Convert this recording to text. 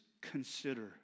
consider